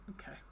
Okay